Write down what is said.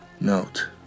note